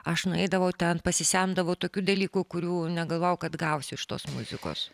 aš nueidavau ten pasisemdavau tokių dalykų kurių negalvojau kad gausiu iš tos muzikos